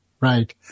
right